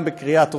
בקריאה ראשונה.